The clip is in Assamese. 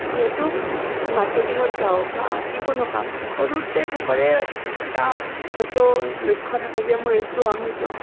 যিহেতু মাৰ্কেটিঙত যাওঁ বা যিকোনো কাম সৰুতে চবৰে এটা হয়তো লক্ষ্য থাকে যে মই এইটো হ'ম মই সেইটো হ'ম